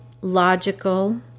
logical